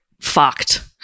fucked